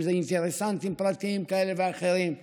אם זה אינטרסנטים פרטיים כאלה ואחרים.